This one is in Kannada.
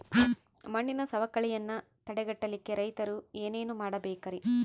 ಮಣ್ಣಿನ ಸವಕಳಿಯನ್ನ ತಡೆಗಟ್ಟಲಿಕ್ಕೆ ರೈತರು ಏನೇನು ಮಾಡಬೇಕರಿ?